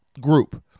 group